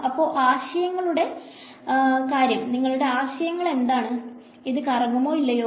അപ്പൊ നിങ്ങളുടെ ആശയം എന്താണ് ഇത് കറങ്ങുമോ ഇല്ലയോ